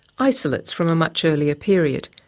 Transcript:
isolates from a much earlier period.